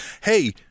hey